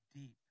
deep